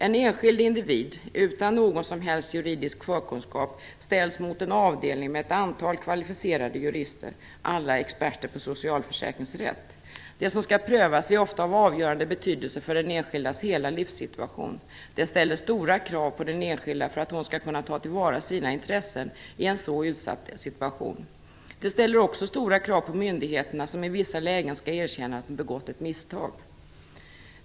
En enskild individ, utan någon som helst juridisk förkunskap, ställs mot en avdelning med ett antal kvalificerade jurister, alla experter på socialförsäkringsrätt. Det som skall prövas är ofta av avgörande betydelse för den enskildas hela livssituation. Det ställer stora krav på den enskilda för att hon skall kunna ta tillvara sina intressen i en så utsatt situation. Det ställer också stora krav på myndigheterna, som i vissa lägen skall erkänna att de begått ett misstag.